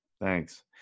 Thanks